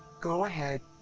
go ahead!